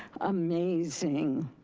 amazing.